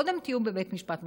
קודם תהיו בבית משפט מחוזי,